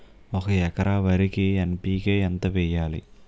ఒక ఎకర వరికి N P K ఎంత వేయాలి?